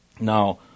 Now